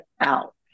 out